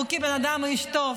כבן אדם הוא איש טוב,